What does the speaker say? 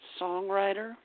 songwriter